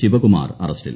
ശിവകുമാർ അറസ്റ്റിൽ